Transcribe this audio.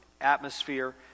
atmosphere